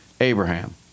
Abraham